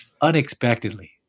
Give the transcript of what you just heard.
unexpectedly